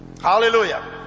Hallelujah